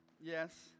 Yes